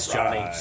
Johnny